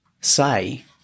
say